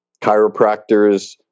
chiropractors